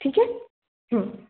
ठीक है